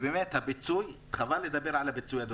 לגבי הפיצוי, חבל אפילו לדבר על זה.